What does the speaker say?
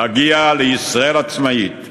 להגיע לישראל עצמאית,